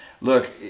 Look